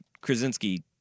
Krasinski